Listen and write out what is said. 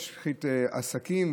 משחית עסקים,